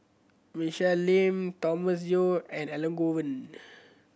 Michelle Lim Thomas Yeo and Elangovan